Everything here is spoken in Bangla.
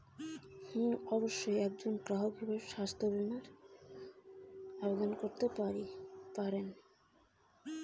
একজন গ্রাহক হিসাবে স্বাস্থ্য বিমার আবেদন করতে পারি কি?